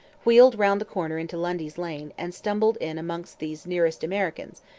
wheeled round the corner into lundy's lane, and stumbled in among these nearest americans,